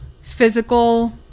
physical